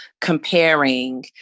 comparing